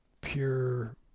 pure